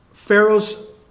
Pharaoh's